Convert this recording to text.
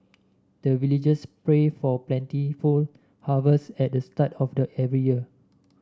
the villagers pray for plentiful harvest at the start of the every year